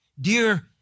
dear